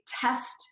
test